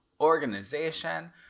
organization